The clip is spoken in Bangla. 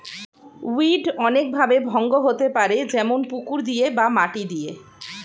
উইড অনেক ভাবে ভঙ্গ হতে পারে যেমন পুকুর দিয়ে বা মাটি দিয়ে